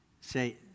Say